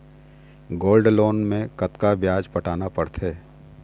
Gold loan मे कतका ब्याज पटाना पड़थे?